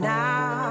now